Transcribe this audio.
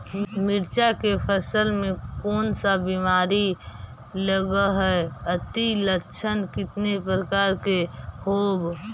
मीरचा के फसल मे कोन सा बीमारी लगहय, अती लक्षण कितने प्रकार के होब?